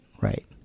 Right